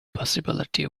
possibility